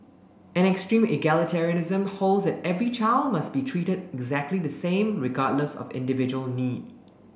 an extreme egalitarianism holds that every child must be treated exactly the same regardless of individual need